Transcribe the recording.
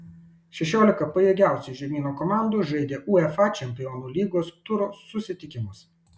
šešiolika pajėgiausių žemyno komandų žaidė uefa čempionų lygos turo susitikimus